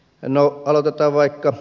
no aloitetaan vaikka